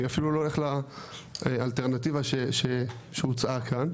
אני אפילו לא הולך לאלטרנטיבה שהוצעה כאן.